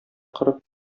корып